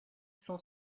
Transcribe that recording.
cent